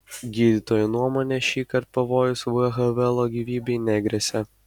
gydytojų nuomone šįkart pavojus v havelo gyvybei negresia